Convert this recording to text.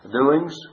doings